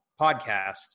podcast